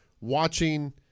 watching –